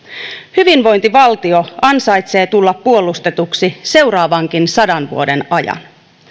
hyvinvointivaltio ansaitsee tulla puolustetuksi seuraavankin sadan vuoden ajan